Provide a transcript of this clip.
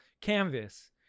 canvas